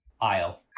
Aisle